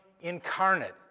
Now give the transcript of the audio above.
incarnate